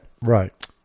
Right